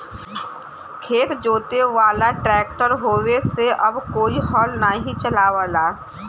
खेत जोते वाला ट्रैक्टर होये से अब कोई हल नाही चलावला